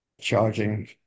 charging